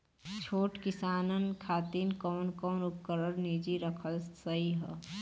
छोट किसानन खातिन कवन कवन उपकरण निजी रखल सही ह?